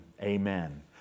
amen